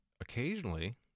occasionally